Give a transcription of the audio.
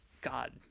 god